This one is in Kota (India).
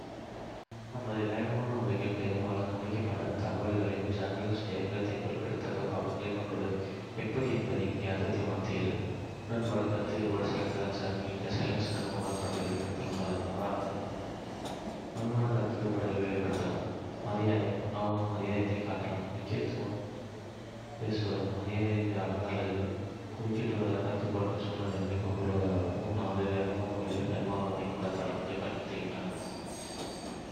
நமது வேகமான உலகில் பெரும்பாலும் கவனிக்கப்படாத தகவல்தொடர்புகளில் ஐலென்ஸ் வியக்கத்தக்க குறிப்பிடத்தக்க பங்கைக் கொண்டுள்ளது. எப்படி என்பது இங்கே. அர்த்தத்தை உணர்த்துகிறது. உடன்பாடு, கருத்து வேறுபாடு சில கலாச்சாரங்களில், நீடித்த ம silence னம் உடன்பாட்டை வெளிப்படுத்தலாம் அல்லது மாறாக, வலுவான கருத்து வேறுபாட்டை வெளிப்படுத்தலாம். மரியாதை மௌனம் மரியாதையைக் காட்டலாம், முக்கியமாக பேசுவது மரியாதையற்றதாக அல்லது குறுக்கிடுவதாகக் கருதப்படும் சூழ்நிலைகளில்.